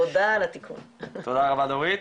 תודה רבה דורית.